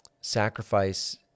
sacrifice